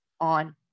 on